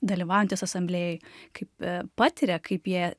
dalyvaujantys asamblėjoj kaip patiria kaip jie